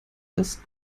das